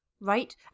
right